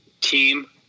team